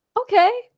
Okay